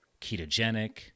ketogenic